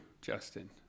Justin